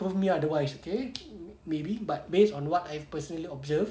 prove me otherwise okay maybe but based on what I've personally observed